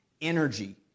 energy